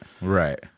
Right